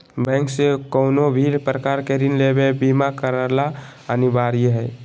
bank से कउनो भी प्रकार के ऋण लेवे ले बीमा करला अनिवार्य हय